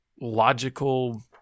logical